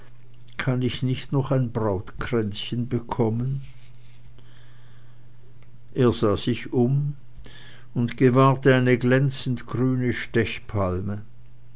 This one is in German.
kann ich nicht noch ein brautkränzchen bekommen er sah sich um und gewahrte eine glänzend grüne stechpalme